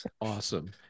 Awesome